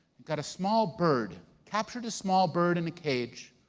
got a small bird, captured a small bird in a cage.